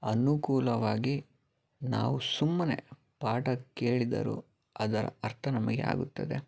ಅನುಕೂಲವಾಗಿ ನಾವು ಸುಮ್ಮನೆ ಪಾಠ ಕೇಳಿದರೂ ಅದರ ಅರ್ಥ ನಮಗೆ ಆಗುತ್ತದೆ